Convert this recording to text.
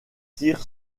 tire